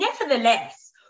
Nevertheless